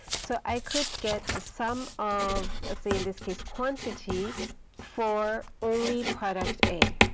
so i could get the sum of, say, in this case quantity for only product a.